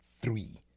three